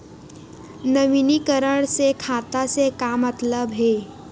नवीनीकरण से खाता से का मतलब हे?